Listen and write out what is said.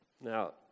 Now